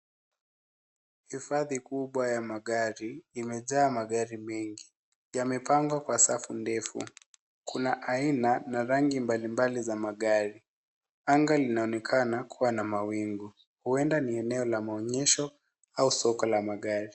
Hifadhi kubwa ya magari imejaa magari mengi, yamepangwa kwa safu ndefu. Kuna aina na rangi mbalimbali za magari. Anga linaonekana kuwa na mawingu huenda ni eneo la maonyesho au sojko la magari.